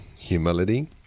humility